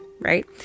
right